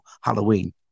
Halloween